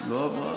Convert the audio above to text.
עברה.